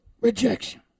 rejection